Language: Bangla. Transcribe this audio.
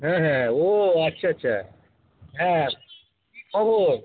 হ্যাঁ হ্যাঁ ও আচ্ছা আচ্ছা হ্যাঁ ও